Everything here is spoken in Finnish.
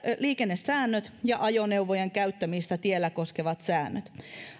liikennesäännöt ja ajoneuvojen käyttämistä tiellä koskevat säännöt